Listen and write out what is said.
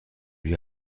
lui